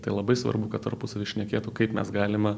tai labai svarbu kad tarpusavy šnekėtų kaip mes galime